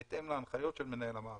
בהתאם להנחיות של מנהל המערכת.